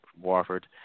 Warford